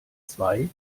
zwei